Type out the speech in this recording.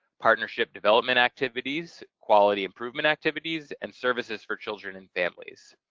partnership development activities, quality improvement activities, and services for children and families.